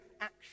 action